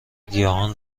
گیاهان